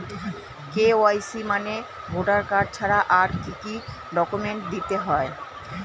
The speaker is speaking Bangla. কে.ওয়াই.সি মানে ভোটার কার্ড ছাড়া আর কি কি ডকুমেন্ট দিতে হবে?